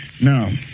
Now